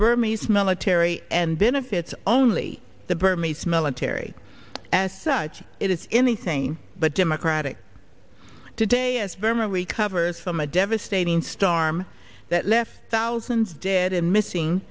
burmese military and benefits only the burmese military as such it is anything but democratic today as burma recovers from a devastating storm that left thousands dead and missing